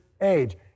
age